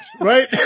Right